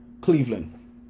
Cleveland